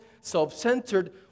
self-centered